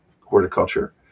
horticulture